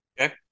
Okay